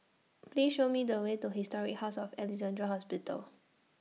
Please Show Me The Way to Historic House of Alexandra Hospital